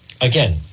again